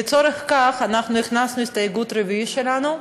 לצורך זה אנחנו הכנסנו הסתייגות רביעית שלנו: